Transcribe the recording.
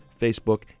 facebook